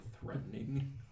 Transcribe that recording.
threatening